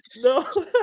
No